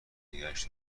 نگهش